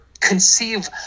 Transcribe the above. conceive